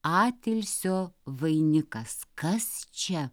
atilsio vainikas kas čia